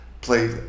played